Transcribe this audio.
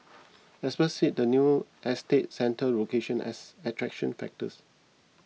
experts cited the new estate's central location as attraction factors